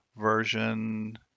version